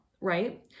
right